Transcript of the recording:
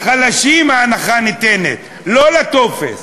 לחלשים ההנחה ניתנת, לא לטופס.